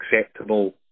acceptable